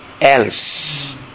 else